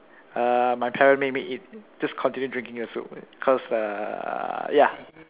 uh my parent made me eat just continue drinking your soup cause uh ya